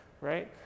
right